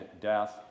death